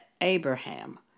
Abraham